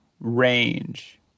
range